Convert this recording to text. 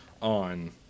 on